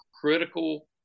critical